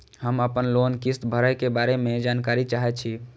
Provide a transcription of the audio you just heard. हम आपन लोन किस्त भरै के बारे में जानकारी चाहै छी?